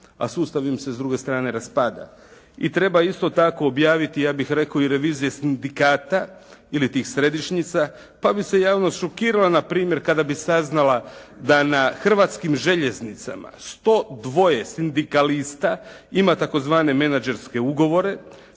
a sustav im se s druge strane raspada. I treba isto tako objaviti ja bih rekao i revizije sindikata ili tih središnjica pa bi se javnost šokirala na primjer kada bi saznala da na Hrvatskim željeznicama 102 sindikalista ima tzv. menađerske ugovore,